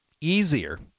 easier